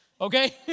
okay